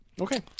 Okay